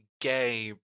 gay